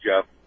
Jeff